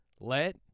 Let